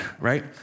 right